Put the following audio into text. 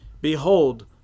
Behold